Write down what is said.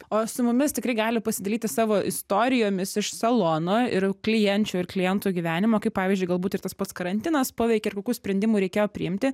o su mumis tikrai gali pasidalyti savo istorijomis iš salono ir klienčių ir klientų gyvenimo kaip pavyzdžiui galbūt ir tas pats karantinas paveikė ir kokių sprendimų reikėjo priimti